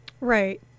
right